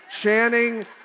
Channing